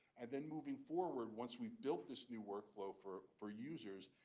and then moving forward once we've built this new workflow for for users,